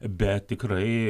bet tikrai